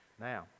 Now